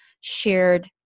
shared